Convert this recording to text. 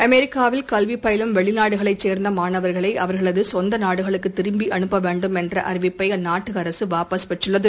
அமெரிக்காவில் கல்விபயிலும் வெளிநாடுகளைச் சேர்ந்தமானவர்களை அவர்களதசொந்தநாடுகளுக்குத் திரும்பவேண்டும் என்றஅறிவிப்பைஅந்நாட்டுஅரசுவாபஸ் பெற்றுள்ளது